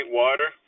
water